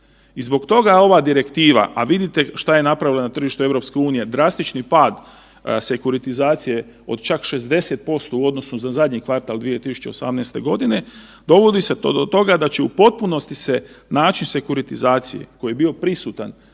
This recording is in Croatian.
i zbog toga ova direktiva, a vidite što je napravila na tržištu EU-e, drastični pad sekuritizacije, od čak 60% u odnosu za zadnji kvartal 2018. g. dovodi se do toga da će u potpunosti se naći sekuritizacije koji je bio prisutan